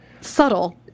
Subtle